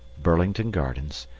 burlington gardens,